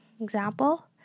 example